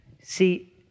See